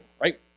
right